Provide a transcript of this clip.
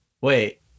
Wait